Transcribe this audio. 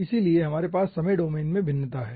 इसलिए हमारे पास समय डोमेन में भिन्नता है